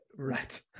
Right